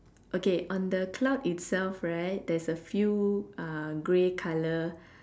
okay on the cloud itself right there's a few uh grey colour